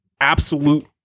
absolute